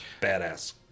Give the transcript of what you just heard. badass